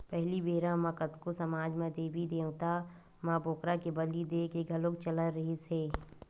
पहिली बेरा म कतको समाज म देबी देवता म बोकरा के बली देय के घलोक चलन रिहिस हे